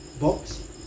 box